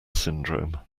syndrome